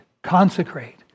Consecrate